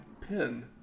pin